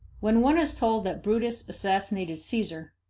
when one is told that brutus assassinated caesar,